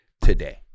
today